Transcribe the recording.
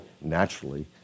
naturally